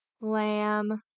Lamb